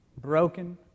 broken